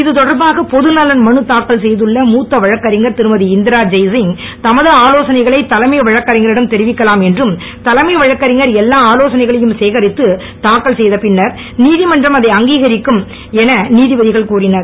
இதுதொடர்பாக பொதுநலன் மனு தாக்கல் செய்துள்ள மூத்த வழக்கறிஞர் திருமதிஇந்திரா ஜெய்திங் தமது ஆலோசனைகளை தலைமை வழக்கறிஞரிடம் தெரிவிக்கலாம் என்றும் தலைமை வழக்கறிஞர் எல்லா ஆலேசானைகளையும் சேகரித்து தாக்கல் செய்த பின்னர் நீதிமன்றம் அதை அங்கிகரிக்கும் என் நீதிபதிகள் கூறினர்